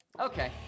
Okay